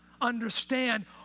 understand